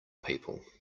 people